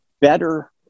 better